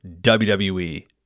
WWE